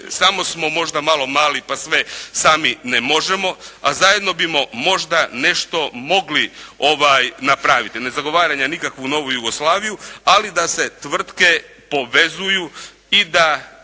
samo smo možda malo mali, pa sve sami ne možemo, a zajedno bismo možda nešto mogli napraviti. Ne zagovaram ja nikakvu novu Jugoslaviju, ali da se tvrtke povezuju i da